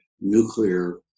nuclear